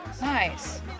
Nice